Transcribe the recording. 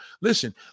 Listen